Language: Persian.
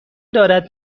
دارد